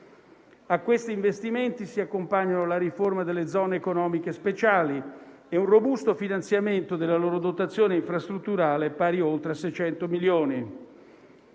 A questi investimenti si accompagnano la riforma delle Zone economiche speciali e un robusto finanziamento della loro dotazione infrastrutturale, pari ad oltre 600 milioni.